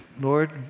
Lord